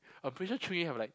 I'm pretty sure have like